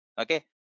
Okay